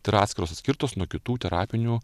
tai yra atskirtos nuo kitų terapinių